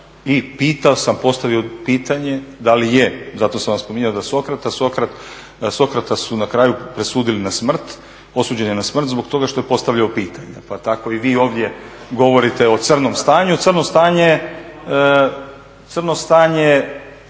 I pitao sam, postavio pitanje da li je, zato sam vam spominjao Sokrata, Sokrata su na kraju presudili na smrt, osuđen je na smrt zbog toga što je postavljao pitanja pa tako i vi ovdje govorite o crnom stanju. Crno stanje su